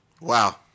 Wow